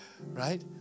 Right